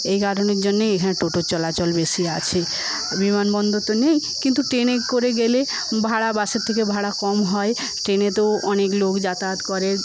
এই কারণের জন্যই এখানে টোটোর চলাচল বেশী আছে বিমানবন্দর তো নেই কিন্তু ট্রেনে করে গেলে ভাড়া বাসের থেকে ভাড়া কম হয় ট্রেনে তো অনেক লোক যাতায়াত করে